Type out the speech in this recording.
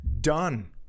done